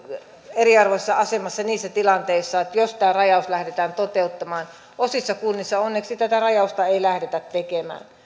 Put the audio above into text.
eriarvoisessa asemassa niissä tilanteissa jos tämä rajaus lähdetään toteuttamaan osissa kunnissa onneksi tätä rajausta ei lähdetä tekemään